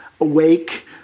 awake